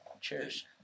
Cheers